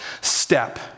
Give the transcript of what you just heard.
step